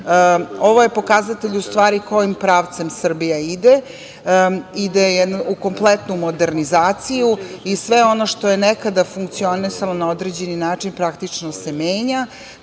je pokazatelj u stvari kojim pravcem Srbija ide, ide u jednu kompletnu modernizaciju i sve ono što je nekada funkcionisalo na određeni način praktično se menja.